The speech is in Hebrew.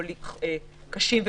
או